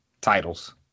titles